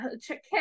check